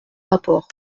rapport